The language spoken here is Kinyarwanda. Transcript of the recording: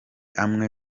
amwe